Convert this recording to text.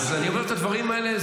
אני אומר את הדברים האלה.